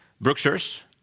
Brookshire's